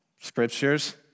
Scriptures